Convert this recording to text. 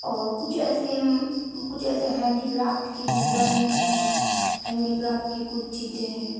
और कुछ ऐसे कुछ ऐसे हैंडीक्राफ्ट की डिज़ाइनें हैं हैंडीक्राफ्ट की कुछ चीज़ें हैं